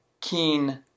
Keen